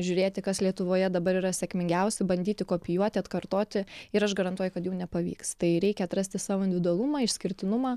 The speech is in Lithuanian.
žiūrėti kas lietuvoje dabar yra sėkmingiausi bandyti kopijuoti atkartoti ir aš garantuoju kad jum nepavyks tai reikia atrasti savo individualumą išskirtinumą